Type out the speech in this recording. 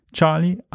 Charlie